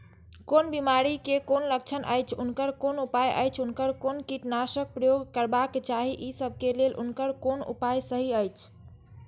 कोन बिमारी के कोन लक्षण अछि उनकर कोन उपाय अछि उनकर कोन कीटनाशक प्रयोग करबाक चाही ई सब के लेल उनकर कोन उपाय सहि अछि?